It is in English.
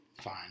Fine